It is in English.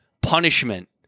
punishment